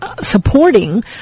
supporting